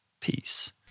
Peace